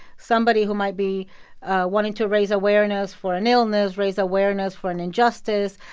somebody who might be wanting to raise awareness for an illness, raise awareness for an injustice.